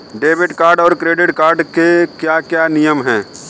Debit card और credit card के क्या क्या नियम हैं?